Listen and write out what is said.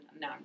now